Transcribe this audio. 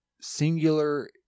singular